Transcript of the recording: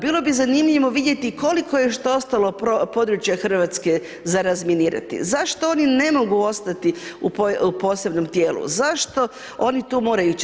Bilo bi zanimljivo vidjeti i koliko je to još ostalo područja Hrvatske za razminirati, zašto oni ne mogu ostati u posebnom tijelu, zašto oni tu moraju ići.